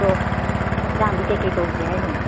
ꯑꯗꯣ ꯑꯦꯟꯁꯥꯡꯗꯤ ꯀꯔꯤ ꯀꯔꯤ ꯇꯧꯁꯦ ꯍꯥꯏꯅꯣ